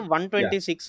126